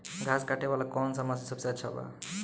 घास काटे वाला कौन मशीन सबसे अच्छा बा?